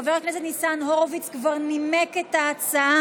חבר הכנסת ניצן הורוביץ כבר נימק את ההצעה.